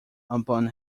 upon